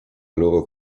loro